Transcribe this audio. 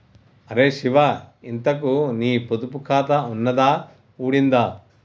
అరే శివా, ఇంతకూ నీ పొదుపు ఖాతా ఉన్నదా ఊడిందా